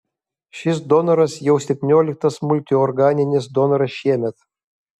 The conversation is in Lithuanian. šis donoras jau septynioliktas multiorganinis donoras šiemet